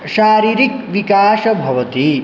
शारीरिकविकासः भवति